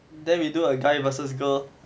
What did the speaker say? then we do a guy versus girl